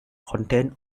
contained